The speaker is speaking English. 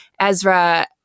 Ezra